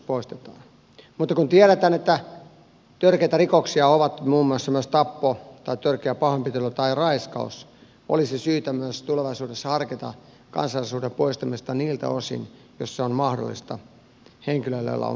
mutta kun tiedetään että törkeitä rikoksia ovat muun muassa myös tappo tai törkeä pahoinpitely tai raiskaus olisi syytä myös tulevaisuudessa harkita kansalaisuuden poistamista niiltä osin jos se on mahdollista varsinkin henkilöiltä joilla on kaksoiskansalaisuus